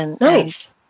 Nice